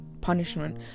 punishment